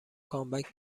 کامبک